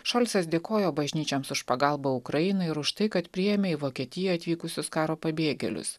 šolcas dėkojo bažnyčioms už pagalbą ukrainai ir už tai kad priėmė į vokietiją atvykusius karo pabėgėlius